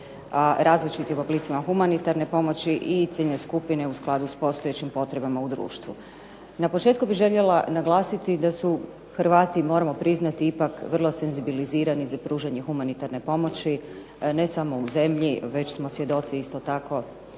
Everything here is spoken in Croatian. različitim oblicima humanitarne pomoći i ciljne skupine u skladu s postojećim potrebama u društvu. Na početku bih željela naglasiti da su Hrvati, moramo priznati, ipak vrlo senzibilizirani za pružanje humanitarne pomoći. Ne samo u zemlji, već smo svjedoci isto tako